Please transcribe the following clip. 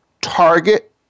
target